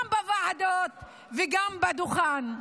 גם בוועדות וגם בדוכן.